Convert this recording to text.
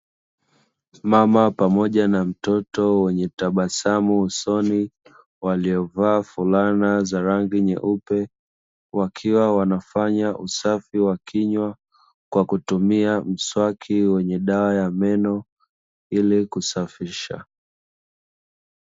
Mama pamoja na mtoto wenye tabasamu usoni, waliovaa fulana za rangi nyeupe wakiwa wanafanya usafi wa kinywa kwa kutumia mswaki wenye dawa ya meno ili kusafisha.